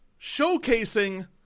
showcasing